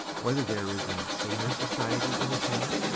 whether there is an abstainers' society in the town?